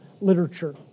literature